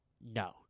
No